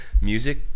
music